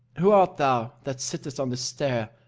who art thou that sittest on the stair,